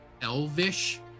elvish